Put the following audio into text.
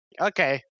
okay